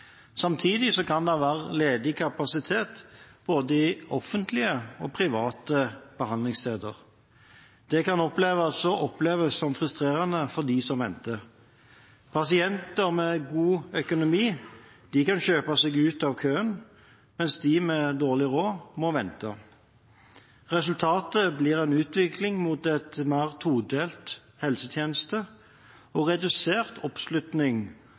Samtidig kan det være ledig kapasitet både i offentlige og private behandlingssteder. Det kan oppleves som frustrerende for dem som venter. Pasienter med god økonomi kan kjøpe seg ut av køen, mens de med dårlig råd må vente. Resultatet blir en utvikling mot en mer todelt helsetjeneste og redusert oppslutning